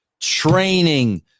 training